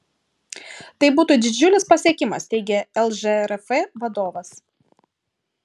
tai būtų didžiulis pasiekimas teigė lžrf vadovas